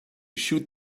shoot